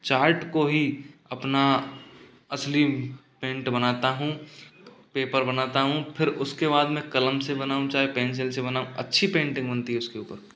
chart को भी अपना असली पेंट बनाता हूँ पेपर बनाता हूँ फिर उसके बाद मैं कलम से बनाऊँ चाहे पेंसिल से बनाऊँ अच्छी पेंटिंग बनती है उसके ऊपर